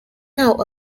now